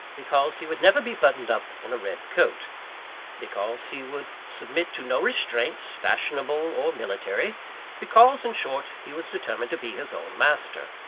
because he would never be buttoned up in a red coat because he would submit to no restraints, fashionable or military because in short, he was determined to be his own master.